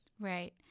Right